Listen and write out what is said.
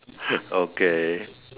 okay